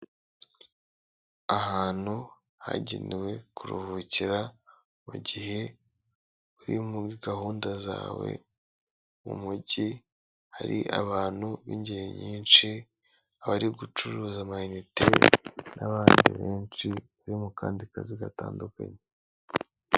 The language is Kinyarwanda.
Ahantu hagenewe kuruhukira mu gihe uri muri gahunda zawe mu mujyi, hari abantu b'ingeri nyinshi bari gucuruza ama inite n'abandi benshi bari mu kandi kazi gatandukanye.